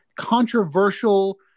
Controversial